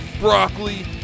broccoli